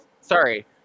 Sorry